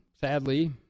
sadly